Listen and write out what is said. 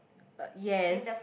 uh yes